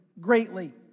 greatly